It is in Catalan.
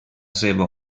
seva